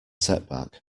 setback